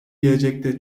gelecekte